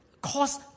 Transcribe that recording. cause